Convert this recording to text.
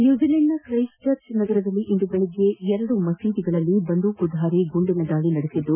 ನ್ಣೂಜಿಲೆಂಡ್ನ Christchurch ನಗರದಲ್ಲಿ ಇಂದು ಬೆಳಗ್ಗೆ ಎರಡು ಮಖೀದಿಗಳಲ್ಲಿ ಬಂದೂಕುಧಾರಿಯೊಬ್ಲ ಗುಂಡಿನ ದಾಳ ನಡೆಸಿದ್ದು